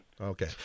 Okay